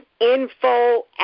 info